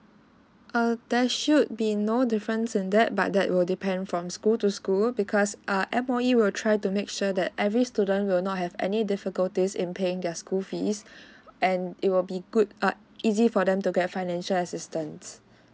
err there should be no difference in that but that will depend from school to school because err employee will try to make sure that every student will not have any difficulties in paying their school fees and it will be good uh easy for them to get financial assistance